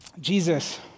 Jesus